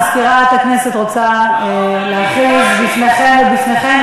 מזכירת הכנסת רוצה להכריז בפניכם ובפניכן,